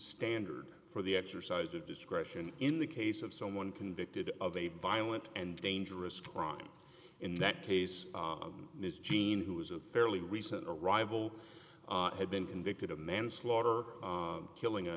standard for the exercise of discretion in the case of someone convicted of a violent and dangerous crime in that case this gene who is a fairly recent arrival had been convicted of manslaughter killing a